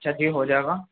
اچھا جی ہو جائے گا